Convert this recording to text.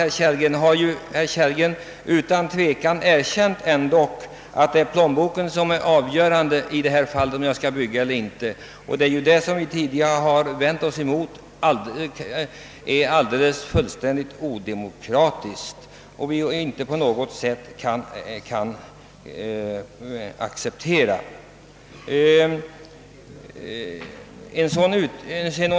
Herr Kellgren har därmed utan tvekan erkänt, att det är plånboken som kan avgöra om en byggnad skall kunna uppföras. Detta har vi vänt oss emot såsom fullständigt odemokratiskt. Vi kan inte acceptera denna ordning.